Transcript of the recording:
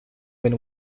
been